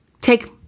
take